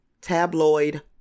tabloid